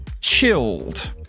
chilled